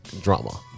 Drama